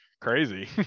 crazy